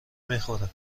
میخوره